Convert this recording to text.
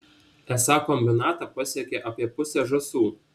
esą kombinatą pasiekia apie pusę žąsų